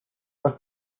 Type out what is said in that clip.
what